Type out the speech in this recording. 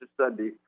Sunday